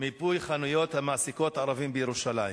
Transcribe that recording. מיפוי חנויות המעסיקות ערבים בירושלים.